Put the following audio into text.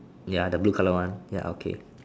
ya the blue color one ya okay